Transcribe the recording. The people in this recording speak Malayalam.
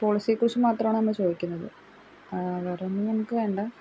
പോളിസിയെക്കുറിച്ച് മാത്രമാണ് നമ്മൾ ചോദിക്കുന്നത് വേറൊന്നും ഞങ്ങൾക്ക് വേണ്ട